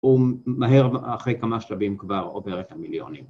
הוא מהר אחרי כמה שלבים כבר עובר את המיליונים.